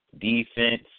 defense